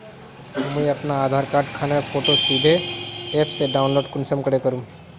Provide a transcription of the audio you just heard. मुई अपना आधार कार्ड खानेर फोटो सीधे ऐप से डाउनलोड कुंसम करे करूम?